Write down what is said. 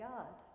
God